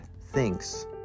thinks